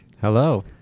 Hello